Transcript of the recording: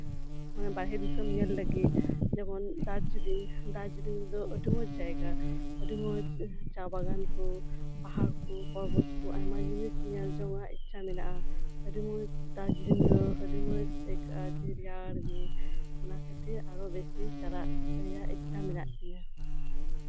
ᱵᱟᱨᱦᱮ ᱫᱤᱥᱚᱢ ᱧᱮᱞ ᱞᱟᱹᱜᱤᱫ ᱡᱮᱢᱚᱱ ᱫᱟᱨᱡᱤᱞᱤᱝ ᱫᱟᱨᱡᱤᱞᱤᱝ ᱨᱮᱫᱚ ᱟᱹᱰᱤ ᱢᱚᱸᱡ ᱡᱟᱭᱜᱟ ᱟᱹᱰᱤ ᱢᱚᱸᱡ ᱪᱟ ᱵᱟᱜᱟᱱ ᱠᱚ ᱯᱟᱦᱟᱲ ᱠᱚ ᱯᱚᱨᱵᱚᱛ ᱠᱚ ᱟᱭᱢᱟ ᱡᱤᱱᱤᱥ ᱧᱮᱞ ᱡᱚᱝ ᱨᱮᱱᱟᱜ ᱤᱪᱪᱷᱟᱹ ᱢᱮᱱᱟᱜᱼᱟ ᱟᱹᱰᱤ ᱢᱚᱸᱡ ᱫᱟᱨᱡᱤᱞᱤᱝ ᱫᱚ ᱟᱹᱰᱤ ᱢᱚᱸᱡ ᱟᱹᱭᱠᱟᱹᱜᱼᱟ ᱡᱮ ᱨᱮᱭᱟᱲ ᱜᱮ ᱚᱱᱟ ᱠᱷᱟᱹᱛᱤᱨ ᱟᱨᱚ ᱵᱤᱥᱤ ᱪᱟᱞᱟᱜ ᱨᱮᱭᱟᱜ ᱤᱪᱪᱷᱟᱹ ᱢᱮᱱᱟᱜ ᱛᱤᱧᱟᱹ